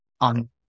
on